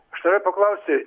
aš norėjau paklausti